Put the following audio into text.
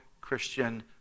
Christian